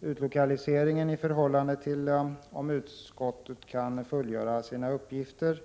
utlokalisering anser centerpartiet att verket kommer att kunna fullgöra sina uppgifter.